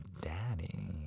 daddy